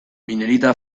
minerita